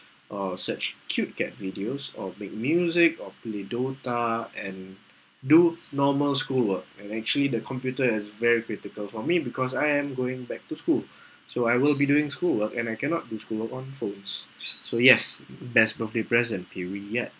or such cute cat videos or make music or play DOTA and do normal schoolwork and actually the computer is very critical for me because I am going back to school so I will be doing schoolwork and I cannot do schoolwork on phones so yes best birthday present here we get